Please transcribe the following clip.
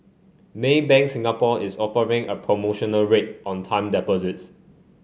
Maybank Singapore is offering a promotional rate on time deposits